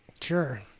sure